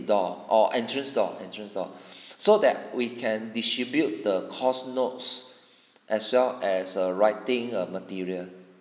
door or entrance door entrance door so that we can distribute the course notes as well as err writing err material